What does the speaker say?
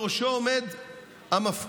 ובראשו עומד המפכ"ל?